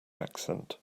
accent